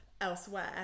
elsewhere